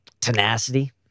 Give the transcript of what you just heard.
tenacity